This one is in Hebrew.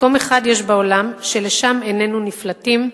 מקום אחד יש בעולם שלשם איננו נפלטים,